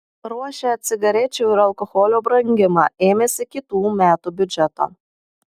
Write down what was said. ruošia cigarečių ir alkoholio brangimą ėmėsi kitų metų biudžeto